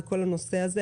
בכל הנושא הזה.